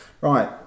Right